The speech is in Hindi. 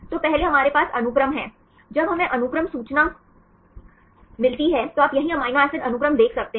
तो पहले हमारे पास अनुक्रम है जब हमें अनुक्रम सूचना मिलती है तो आप यहीं एमिनो एसिड अनुक्रम देख सकते हैं